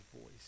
voice